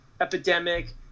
epidemic